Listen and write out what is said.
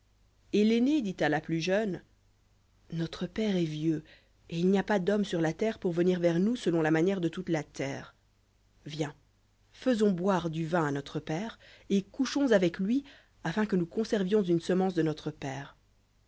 et l'aînée dit à la plus jeune notre père est vieux et il n'y a pas d'homme sur la terre pour venir vers nous selon la manière de toute la terre viens faisons boire du vin à notre père et couchons avec lui afin que nous conservions une semence de notre père